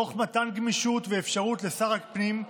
תוך מתן גמישות ואפשרות לשר הפנים,